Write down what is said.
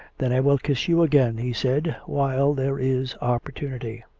then i will kiss you again, he said, while there is opportunity.